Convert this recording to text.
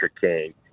Kane